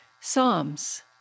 Psalms